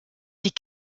die